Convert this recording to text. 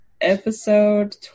Episode